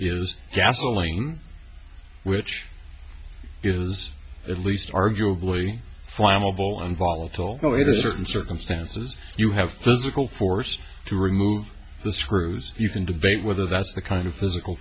is gasoline which is at least arguably flammable and volatile going into certain circumstances you have physical force to remove the screws you can debate whether that's the kind of physical